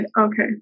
Okay